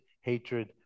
hatred